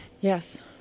Yes